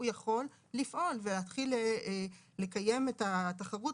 יכול לפעול ולהתחיל לקיים את התחרות,